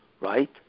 right